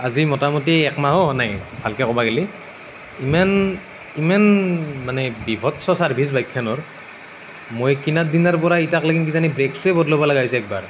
আজি মোটামুটি এক মাহো হোৱা নাই ভালকৈ ক'ব গ'লে ইমান ইমান মানে বিভৎস ছাৰভিছ বাইকখনৰ মই কিনাৰ দিনাৰ পৰা এতিয়ালৈকে কিজানি ব্ৰেকছেই বদলাব লগা হৈছে এবাৰ